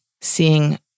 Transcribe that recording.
seeing